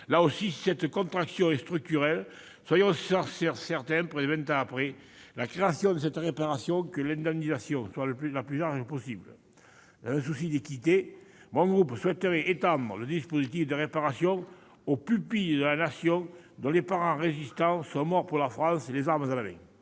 Là aussi, si cette contraction est structurelle, assurons-nous, près de vingt ans après la création de ce dispositif de réparation, que l'indemnisation soit la plus large possible. Dans un souci d'équité, mon groupe souhaiterait ainsi étendre le dispositif de réparation aux pupilles de la Nation dont les parents résistants sont morts pour la France les armes à la main.